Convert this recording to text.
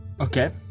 Okay